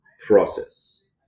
process